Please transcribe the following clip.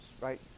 right